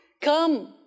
Come